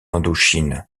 indochine